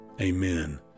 Amen